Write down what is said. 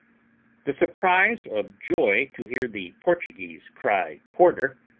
the surprise of joy to hear the portuguese cry quarter,